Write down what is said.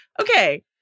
okay